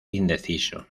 indeciso